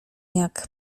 jakim